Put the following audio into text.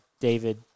David